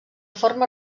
forma